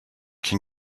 can